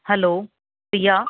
हलो Siya